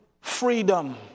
freedom